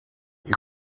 you